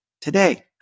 today